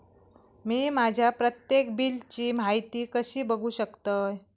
मी माझ्या प्रत्येक बिलची माहिती कशी बघू शकतय?